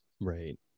Right